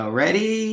ready